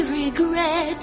regret